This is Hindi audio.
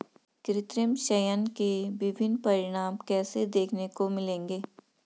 कृत्रिम चयन के विभिन्न परिणाम कैसे देखने को मिलेंगे?